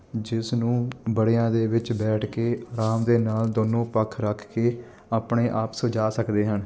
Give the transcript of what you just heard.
ਜਿਸ ਨੂੰ ਵੱਡਿਆਂ ਦੇ ਵਿੱਚ ਬੈਠ ਕੇ ਆਰਾਮ ਦੇ ਨਾਲ ਦੋਨੋਂ ਪੱਖ ਰੱਖ ਕੇ ਆਪਣੇ ਆਪ ਸੁਲਝਾ ਸਕਦੇ ਹਨ